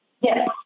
Yes